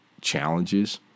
challenges